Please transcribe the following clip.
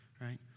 right